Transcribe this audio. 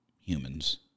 humans